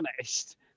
honest